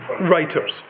writers